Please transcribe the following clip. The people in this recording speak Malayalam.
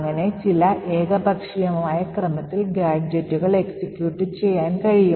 അങ്ങനെ ചില ഏകപക്ഷീയമായ ക്രമത്തിൽ ഗാഡ്ജെറ്റുകൾ എക്സിക്യൂട്ട് ചെയ്യാൻ കഴിയും